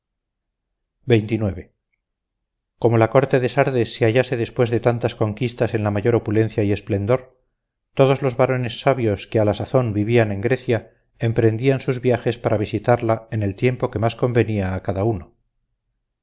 panfilios como la corte de sardes se hallase después de tantas conquistas en la mayor opulencia y esplendor todos los varones sabios que a la sazón vivían en grecia emprendían sus viajes para visitarla en el tiempo que más convenía a cada uno